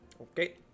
Okay